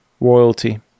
royalty